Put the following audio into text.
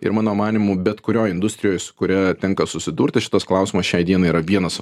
ir mano manymu bet kurioj industrijoj su kuria tenka susidurti šitas klausimas šiai dienai yra vienas